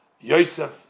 Yosef